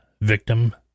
victim